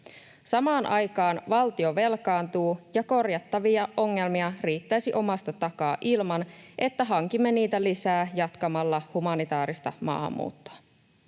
Samaan aikaan valtio velkaantuu ja korjattavia ongelmia riittäisi omasta takaa ilman, että hankimme niitä lisää jatkamalla humanitaarista maahanmuuttoa.